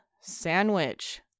sandwich